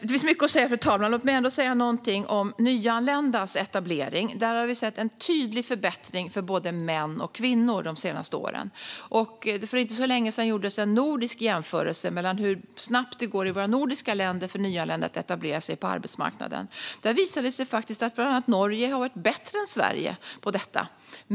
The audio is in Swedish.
Det finns mycket att säga, men låt mig säga något om nyanländas etablering. Här har vi de senaste åren sett en tydlig förbättring för både män och kvinnor. För inte så länge sedan gjordes det en jämförelse av hur snabbt det går för nyanlända att etablera sig på arbetsmarknaden i de olika nordiska länderna. Den visade bland annat att Norge har varit bättre än Sverige på detta.